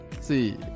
See